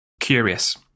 curious